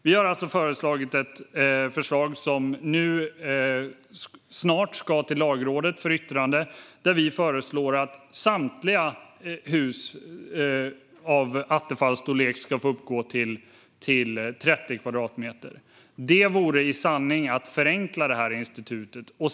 Vi har alltså lagt fram ett förslag som nu snart ska till Lagrådet för yttrande och som innebär att samtliga hus av attefallsstorlek ska få uppgå till 30 kvadratmeter. Det vore i sanning att förenkla det här institutet.